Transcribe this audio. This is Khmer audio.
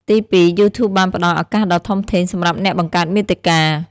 ទីពីរ យូធូបបានផ្ដល់ ឱកាសដ៏ធំធេងសម្រាប់អ្នកបង្កើតមាតិកា។